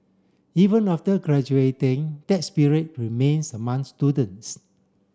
even after graduating that spirit remains among students